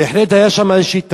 בהחלט היתה שם איזו טעות.